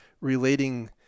relating